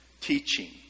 teaching